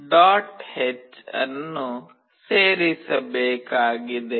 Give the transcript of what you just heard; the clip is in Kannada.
h ಅನ್ನು ಸೇರಿಸಬೇಕಾಗಿದೆ